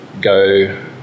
go